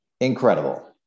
Incredible